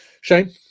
Shane